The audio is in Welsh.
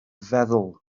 feddwl